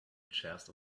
chest